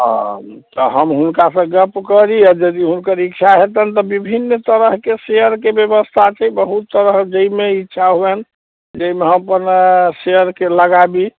हाँ तऽ हम हुनका सँ गप करी यदि हुनकर इच्छा हेतनि तऽ विभिन्न तरहके शेयरके ब्यवस्था छै बहुत तरहक जाहिमे इच्छा होनि जाहिमे अपनके शेयरके लगाबी